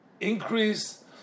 increase